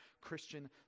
Christian